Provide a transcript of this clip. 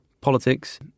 politics